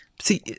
See